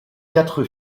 quatre